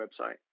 website